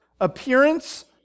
appearance